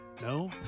No